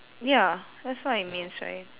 ya that's what it means right